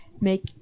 make